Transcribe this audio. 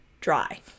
dry